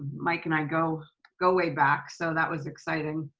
mike and i go go way back, so that was exciting.